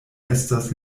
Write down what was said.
estas